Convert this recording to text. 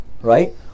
right